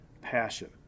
passion